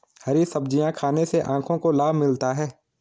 हरी सब्जियाँ खाने से आँखों को लाभ मिलता है